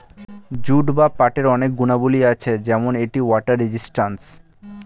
jute বা পাটের অনেক গুণাবলী আছে যেমন এটি ওয়াটার রেজিস্ট্যান্স